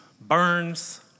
burns